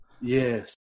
yes